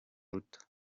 ruto